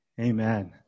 Amen